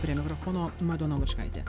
prie mikrofono madona lučkaitė